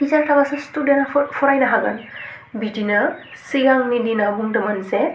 टिसार थाबासो स्टुदेन्थआ फरायनो हागोन बिदिनो सिगांनि दिना बुदोंमोन जे